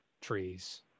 trees